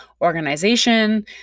organization